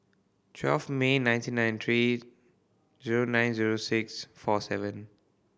twelve May nineteen ninety three zero nine zero six forty seven